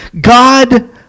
God